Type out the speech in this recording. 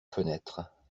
fenêtre